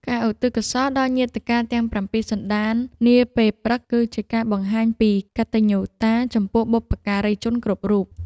ការឧទ្ទិសកុសលដល់ញាតិការទាំងប្រាំពីរសន្តាននាពេលព្រឹក គឺជាការបង្ហាញពីកតញ្ញូតាចំពោះបុព្វការីជនគ្រប់រូប។